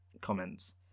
comments